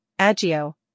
Agio